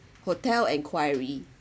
hotel inquiry